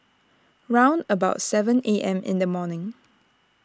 round about seven A M in the morning